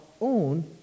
own